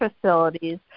facilities